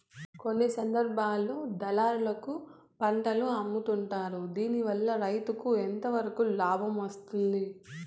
కొన్ని సందర్భాల్లో దళారులకు పంటలు అమ్ముతుంటారు దీనివల్ల రైతుకు ఎంతవరకు లాభం వస్తుంది?